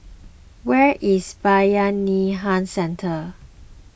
where is Bayanihan Centre